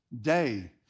day